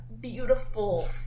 beautiful